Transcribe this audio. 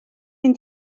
mynd